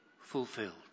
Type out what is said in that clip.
fulfilled